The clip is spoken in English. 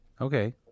Okay